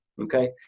Okay